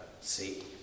see